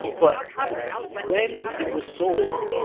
but when it was sold,